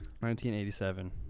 1987